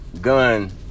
gun